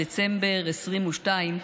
בדצמבר 2022,